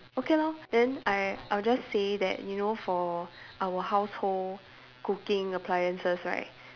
okay lor then I I will just say that you know for our household cooking appliances right